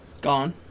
Gone